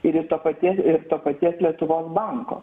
ir į to paties ir to paties lietuvos banko